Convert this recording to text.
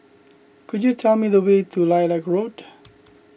could you tell me the way to Lilac Road